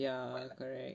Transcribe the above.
ya correct